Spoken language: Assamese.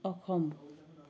অসম